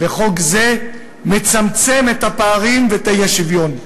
וחוק זה מצמצם את הפערים ואת האי-שוויון.